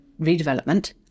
redevelopment